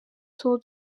tour